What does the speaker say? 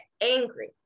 angry